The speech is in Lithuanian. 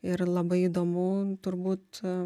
ir labai įdomu turbūt